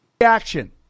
Action